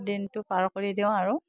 দিনটো পাৰ কৰি দিওঁ আৰু